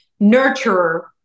nurturer